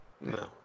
No